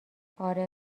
آره